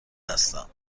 هستم